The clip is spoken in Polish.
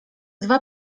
dwa